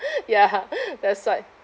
ya that's right